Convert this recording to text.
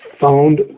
found